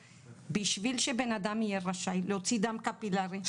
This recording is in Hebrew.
בשביל שבן אדם יהיה רשאי להוציא דם קפילרי,